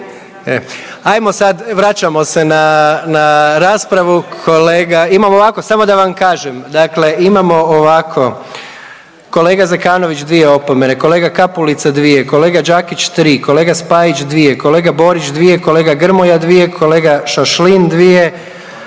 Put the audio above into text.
Ajmo sad, vraćamo se na, na raspravu, kolega, imamo ovako samo da vam kažem, dakle imamo ovako kolega Zekanović dvije opomene, kolega Kapulica dvije, kolega Đakić tri, kolega Spajić dvije, kolega Borić dvije, kolega Grmoja dvije, kolega Šašlin dvije,